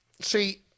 See